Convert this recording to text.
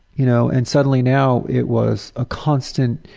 you know and suddenly now it was a constant